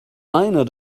einer